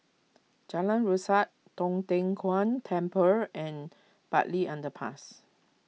Jalan Resak Tong Tien Kung Temple and Bartley Underpass